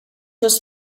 was